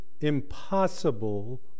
impossible